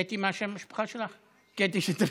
קטי, מה שם המשפחה שלך, קטי שטרית.